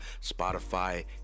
Spotify